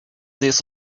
this